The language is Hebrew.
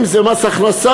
אם זה מס הכנסה,